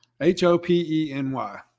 H-O-P-E-N-Y